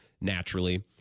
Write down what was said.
naturally